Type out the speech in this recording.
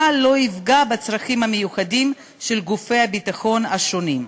לא יפגע בצרכים המיוחדים של גופי הביטחון השונים.